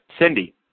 Cindy